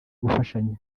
gufashanya